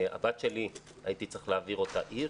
את הבת שלי הייתי צריך להעביר עיר.